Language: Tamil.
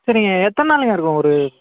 சரிங்க எத்தனை நாளுங்க இருக்கும் ஒரு